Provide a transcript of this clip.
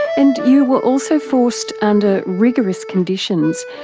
and you were also forced, under rigorous conditions,